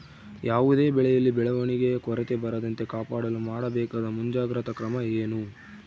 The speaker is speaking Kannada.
ಯಾವುದೇ ಬೆಳೆಯಲ್ಲಿ ಬೆಳವಣಿಗೆಯ ಕೊರತೆ ಬರದಂತೆ ಕಾಪಾಡಲು ಮಾಡಬೇಕಾದ ಮುಂಜಾಗ್ರತಾ ಕ್ರಮ ಏನು?